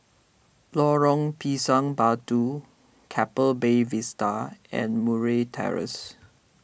Lorong Pisang Batu Keppel Bay Vista and Murray Terrace